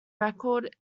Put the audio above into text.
record